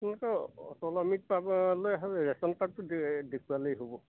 আপোনোকে অটল অমৃত পাবলৈ হ'লে ৰেচন কাৰ্ডটো দেখুৱালেই হ'ব